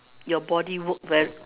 your body work very